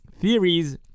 theories